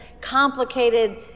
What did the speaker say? complicated